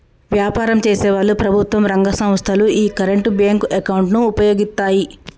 వ్యాపారం చేసేవాళ్ళు, ప్రభుత్వం రంగ సంస్ధలు యీ కరెంట్ బ్యేంకు అకౌంట్ ను వుపయోగిత్తాయి